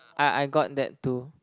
I I got that too